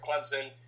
Clemson